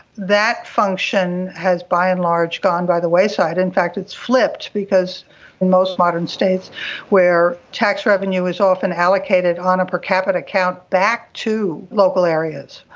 that function has by and large gone by the wayside. in fact it's flipped in most modern states where tax revenue is often allocated on a per capita count back to local areas.